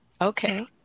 okay